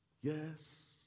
Yes